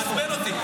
זה מעצבן אותי.